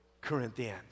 Corinthians